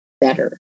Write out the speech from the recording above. better